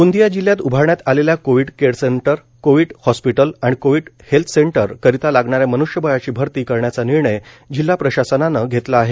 गोंदिया जिल्ह्यात उभारण्यात आलेल्या कोविड केअर सेंटरकोविड हॉस्पिटल आणि कोविड हेल्थ सेंटर करीता लागणाऱ्या मन्ष्यबळाची भरती करण्याचा निर्णय जिल्हा प्रशासनाने घेतला आहे